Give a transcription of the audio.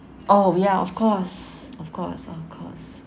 oh ya of course of course of course